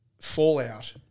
fallout